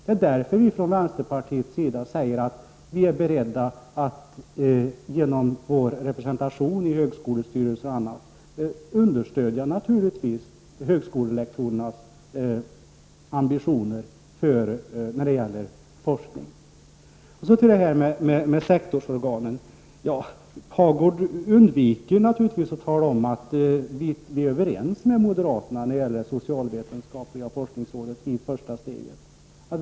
Det är därför vi från vänsterpartiet säger att vi är beredda att genom vår representation i högskolestyrelser och annat understödja högskolelektorernas ambitioner när det gäller forskning. Så något om sektorsorganen. Birger Hagård undviker naturligtvis att tala om att vi är överens med moderaterna när det gäller det socialvetenskapliga forskningsrådet i första steget.